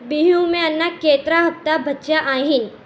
बिहु में अञा केतिरा हफ़्ता बचिया आहिनि